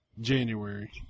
January